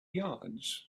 yards